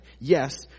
Yes